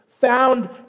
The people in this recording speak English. found